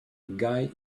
guy